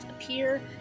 appear